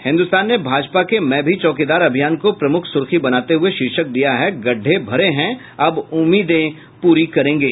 हिन्दुस्तान ने भाजपा के मैं भी चौकीदार अभियान को प्रमुख सुर्खी बनाते हुये शीर्षक दिया है गड्डे भरे हैं अब उम्मीदें पूरी करेंगे